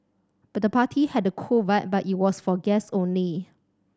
the party had a cool vibe but it was for guests only